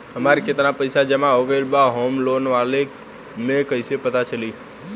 हमार केतना पईसा जमा हो गएल बा होम लोन वाला मे कइसे पता चली?